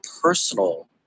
personal